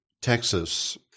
Texas